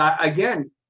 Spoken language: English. again